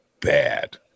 bad